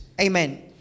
Amen